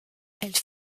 elle